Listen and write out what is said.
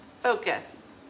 Focus